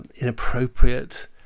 inappropriate